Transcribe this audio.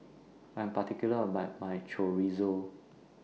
I'm particular about My Chorizo